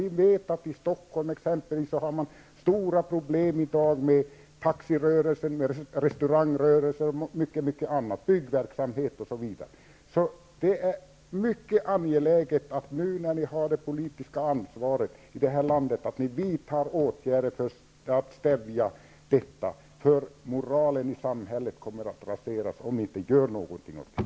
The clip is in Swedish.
I Stockholm har man i dag stora problem med taxirörelsen, restaurangrörelsen och byggverksamhet osv., så det är mycket angeläget att ni nu, när ni har det politiska ansvaret i det här landet, vidtar åtgärder för att stävja detta. Moralen i samhället kommer att raseras om ni inte gör någonting åt det.